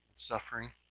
Suffering